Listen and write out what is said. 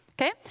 Okay